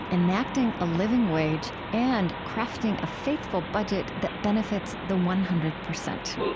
enacting a living wage, and crafting a faithful budget that benefits the one hundred percent.